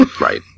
right